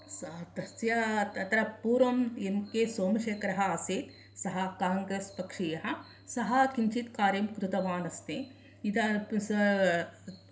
स तस्य तत्र पूर्वं एन् के सोमशेखरः आसीत् सः कोंग्रेस् पक्षीयः सः किञ्चित् कार्यं कृतवान् अस्ति इदा स